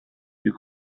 you